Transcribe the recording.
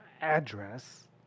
address